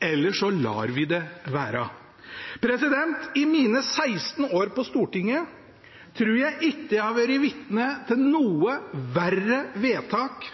eller så lar vi det være. I mine 16 år på Stortinget tror jeg ikke jeg har vært vitne til noe verre vedtak,